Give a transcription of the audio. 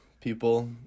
People